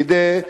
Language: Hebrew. כדי,